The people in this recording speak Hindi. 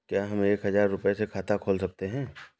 क्या हम एक हजार रुपये से खाता खोल सकते हैं?